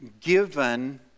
given